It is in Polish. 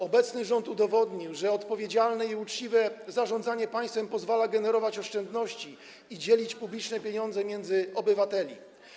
Obecny rząd udowodnił, że odpowiedzialne i uczciwe zarządzanie państwem pozwala generować oszczędności i dzielić publiczne pieniądze między obywateli.